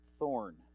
thorn